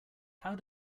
how